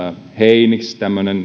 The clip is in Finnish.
heinixiä